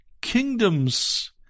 kingdoms